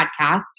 podcast